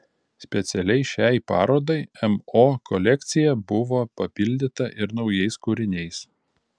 specialiai šiai parodai mo kolekcija buvo papildyta ir naujais kūriniais